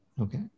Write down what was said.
Okay